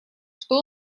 что